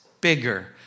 bigger